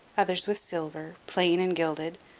others with silver, plain and gilded,